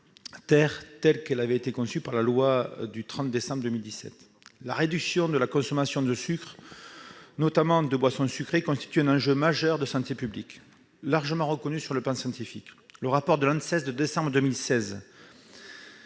1613 telle qu'elle avait été conçue dans la loi du 30 décembre 2017. La réduction de la consommation de sucres, notamment de boissons sucrées, constitue un enjeu majeur de santé publique, largement reconnu sur le plan scientifique. Dans son rapport de décembre 2016,